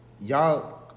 y'all